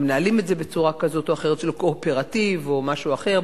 מנהלים את זה בצורה כזאת או אחרת של קואופרטיב או משהו אחר.